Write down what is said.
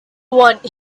want